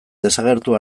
desagertu